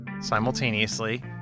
simultaneously